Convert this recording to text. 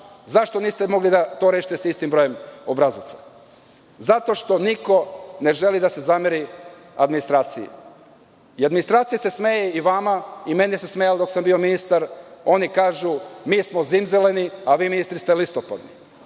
Zašto to niste mogli da rešite sa istim brojem obrazaca. Zato što niko ne želi da se zamera administraciji. Administracija se smeje i vama i meni se smejala dok sam bio ministar. Oni kažu mi smo zimzeleni, a vi ste listopadni.